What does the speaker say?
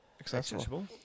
Accessible